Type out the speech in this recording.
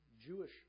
Jewish